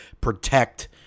protect